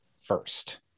first